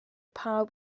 pawb